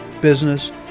business